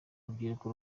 urubyiruko